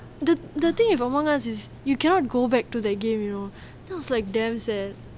the the thing if among us is you cannot go back to the game you know then I was like damn sad